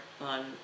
on